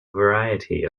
variety